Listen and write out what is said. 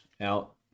out